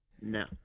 No